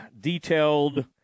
detailed